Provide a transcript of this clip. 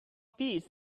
piece